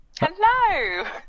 Hello